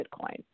Bitcoin